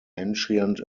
ancient